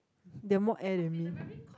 they're more air than me